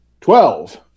Twelve